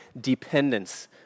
dependence